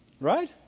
Right